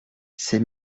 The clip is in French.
ces